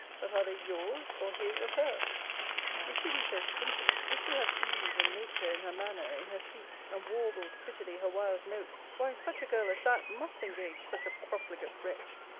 but are they yours or his of her if she be so simple, if she have ease and nature in her manner, in her speech, and warbles prettily her wild notes, why, such a girl as that must engage such a profligate wretch,